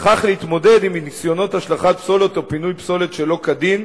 וכך להתמודד עם ניסיונות השלכת פסולת או פינוי פסולת שלא כדין,